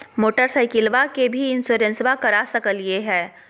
मोटरसाइकिलबा के भी इंसोरेंसबा करा सकलीय है?